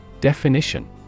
Definition